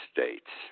States